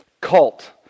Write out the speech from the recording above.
Cult